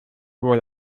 wohl